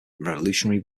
revolutionary